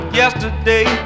yesterday